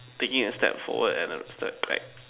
taking a step forward and a step back